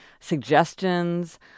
suggestions